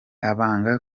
abanga